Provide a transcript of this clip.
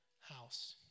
house